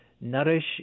nourish